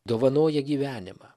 dovanoja gyvenimą